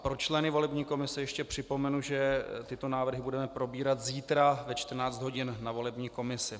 Pro členy volební komise ještě připomenu, že tyto návrhy budeme probírat zítra ve 14 hodin na volební komisi.